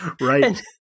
Right